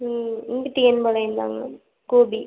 ம் டிஎன் பாளையம் தாங்க கோபி